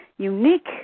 Unique